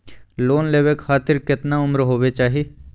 Loan लेवे खातिर केतना उम्र होवे चाही?